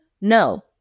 No